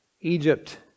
Egypt